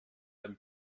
dem